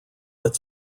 that